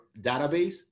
database